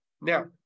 now